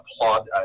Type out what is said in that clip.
applaud